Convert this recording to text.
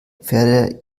pferde